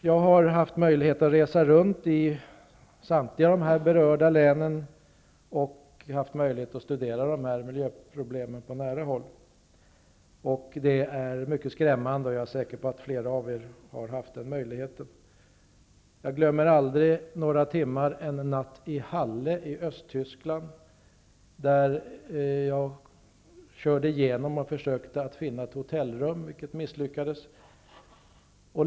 Jag har haft möjlighet att resa runt i samtliga dessa berörda länder och haft möjlighet att studera dessa miljöproblem på nära håll. Det är mycket skrämmande. Jag är säker på att flera av kammarens ledamöter har haft möjlighet att göra detsamma. Jag glömmer aldrig några timmar en natt i Halle i Östtyskland, som jag körde igenom för att försöka finna ett hotellrum, vilket misslyckades.